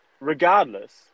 Regardless